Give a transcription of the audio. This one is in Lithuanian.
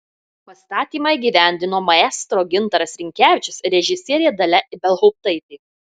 pastatymą įgyvendino maestro gintaras rinkevičius ir režisierė dalia ibelhauptaitė